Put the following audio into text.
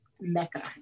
Mecca